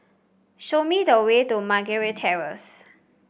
show me the way to Meragi Terrace